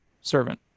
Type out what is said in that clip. servant